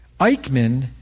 Eichmann